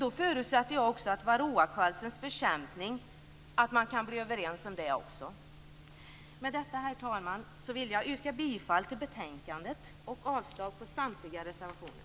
Då förutsätter jag att man också kan komma överens om varroakvalstrens bekämpning. Med detta, herr talman, vill jag yrka bifall till hemställan i betänkandet och avslag på samtliga reservationer.